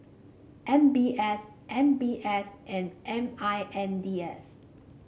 M B S M B S and M I N D S